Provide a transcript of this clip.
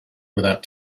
without